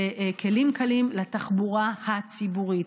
לכלים קלים, לתחבורה הציבורית.